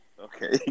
Okay